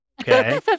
okay